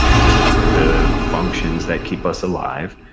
just the functions that keep us alive,